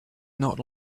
not